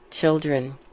children